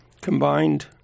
combined